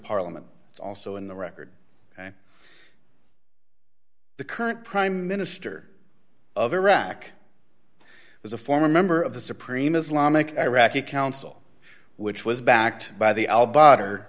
parliament also in the record and the current prime minister of iraq as a former member of the supreme islamic iraqi council which was backed by the al but